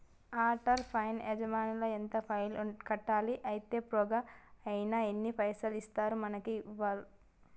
Atal pension Yojana ల ఎంత పైసల్ కట్టాలి? అత్తే ప్రోగ్రాం ఐనాక ఎన్ని పైసల్ ఇస్తరు మనకి వాళ్లు?